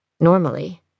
normally